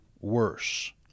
worse